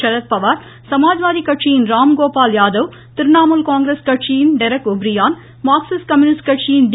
சரத்பவார் சமாஜ்வாடி கட்சியின் ராம்கோபால் யாதவ் திரிணாமுல் காங்கிரஸ் கட்சியின் டொக் லப்ரியான் மார்கிசிஸ்ட் கம்யூனிஸ்ட் கட்சியின் டி